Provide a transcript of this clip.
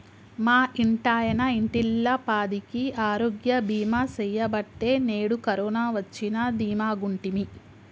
మా ఇంటాయన ఇంటిల్లపాదికి ఆరోగ్య బీమా సెయ్యబట్టే నేడు కరోన వచ్చినా దీమాగుంటిమి